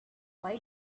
why